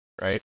right